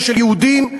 ושל יהודים,